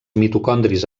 mitocondris